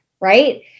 Right